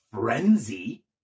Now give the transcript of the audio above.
frenzy